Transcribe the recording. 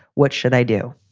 what should i do?